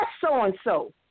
so-and-so